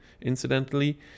incidentally